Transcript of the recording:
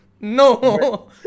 no